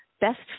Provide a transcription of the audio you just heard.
best